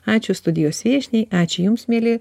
ačiū studijos viešniai ačiū jums mieli